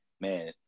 man